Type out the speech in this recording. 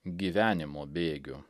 gyvenimo bėgių